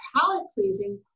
palate-pleasing